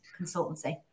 consultancy